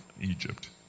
Egypt